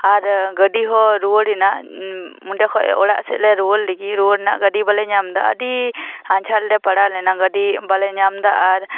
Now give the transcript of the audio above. ᱟᱨ ᱜᱟᱹᱰᱤ ᱦᱚᱸ ᱨᱩᱣᱟᱹᱲᱮᱱᱟ ᱚᱸᱰᱮ ᱠᱷᱚᱱ ᱚᱲᱟᱜ ᱥᱮᱫ ᱞᱮ ᱨᱩᱣᱟᱹᱲ ᱞᱟᱹᱜᱤᱫ ᱨᱩᱣᱟᱹᱲ ᱨᱮᱱᱟᱜ ᱜᱟᱹᱰᱤ ᱵᱟᱞᱮ ᱧᱟᱢ ᱮᱫᱟ ᱟᱹᱰᱤ ᱟᱸᱡᱷᱟᱴ ᱨᱮᱞᱮ ᱯᱟᱲᱟᱣ ᱞᱮᱱᱟ ᱜᱟᱹᱰᱤ ᱵᱟᱞᱮ ᱧᱟᱢ ᱮᱫᱟ ᱟᱨ